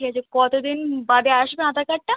ঠিক আছে কতো দিন বাদে আসবে আধার কার্ডটা